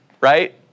right